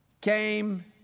came